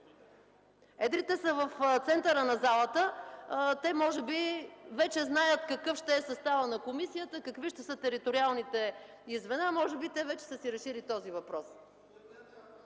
Едрите са в центъра на залата. Те може би вече знаят какъв ще е съставът на комисията, какви ще са териториалните й звена, може би те вече са си решили този въпрос.